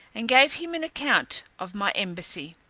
and gave him an account of my embassy.